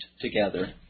together